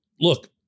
Look